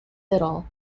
fiddle